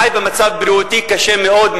חי במצב בריאותי קשה מאוד,